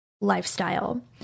lifestyle